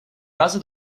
razy